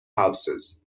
houses